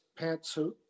pantsuit